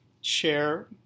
share